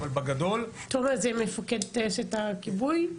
אבל בגדול --- תומר הוא מפקד טייסת הכיבוי?